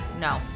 No